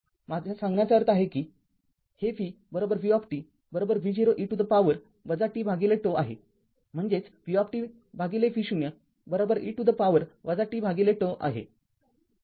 माझा सांगण्याचा अर्थ आहे की हे v v v0 e to the power tτ आहे म्हणजेच v v0 e to the power tζ आहे